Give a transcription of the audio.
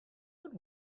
what